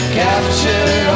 capture